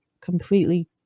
completely